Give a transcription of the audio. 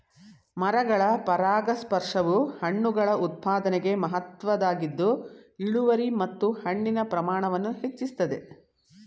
ಮರಗಳ ಪರಾಗಸ್ಪರ್ಶವು ಹಣ್ಣುಗಳ ಉತ್ಪಾದನೆಗೆ ಮಹತ್ವದ್ದಾಗಿದ್ದು ಇಳುವರಿ ಮತ್ತು ಹಣ್ಣಿನ ಪ್ರಮಾಣವನ್ನು ಹೆಚ್ಚಿಸ್ತದೆ